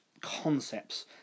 concepts